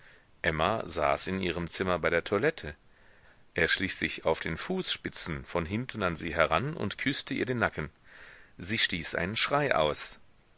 emma saß in ihrem zimmer bei der toilette er schlich sich auf den fußspitzen von hinten an sie heran und küßte ihr den nacken sie stieß einen schrei aus